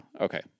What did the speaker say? Okay